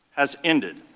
has ended.